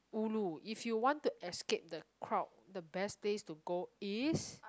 ulu if you want to escape the crowd the best place to go is